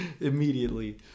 immediately